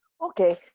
Okay